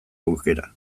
aukera